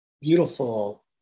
beautiful